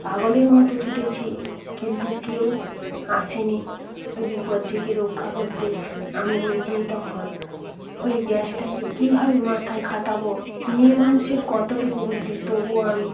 পাগলের মতো ছুটেছি কিন্তু কেউ আসেনি ওই বিপদ থেকে রক্ষা করতে আমি নিজেই তখন ওই গ্যাসটাকে কীভাবে মাথায় খাটাব মেয়েমানুষের কতটুকু বুদ্ধি তবুও আমি